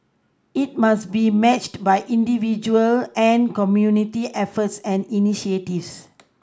it must be matched by individual and community efforts and initiatives